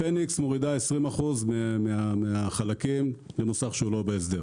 הפניקס מורידה 20% ממחיר החלקים למוסך שאינו בהסדר